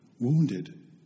Wounded